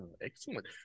Excellent